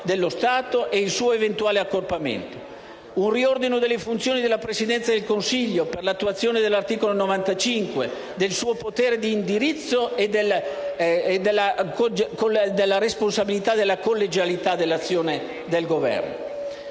dello Stato e il suo eventuale accorpamento; un riordino delle funzioni della Presidenza del Consiglio per l'attuazione dell'articolo 95, del suo potere di indirizzo e della responsabilità della collegialità dell'azione del Governo.